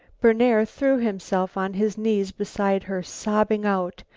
berner threw himself on his knees beside her, sobbing out,